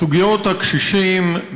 סוגיות הקשישים,